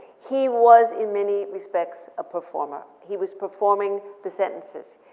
he was, in many respects, a performer. he was performing the sentences.